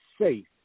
safe